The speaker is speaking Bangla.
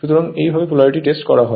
সুতরাং এই ভাবে পোলারিটি টেস্ট করা হয়